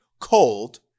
cold